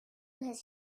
his